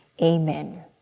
Amen